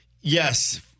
Yes